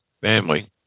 family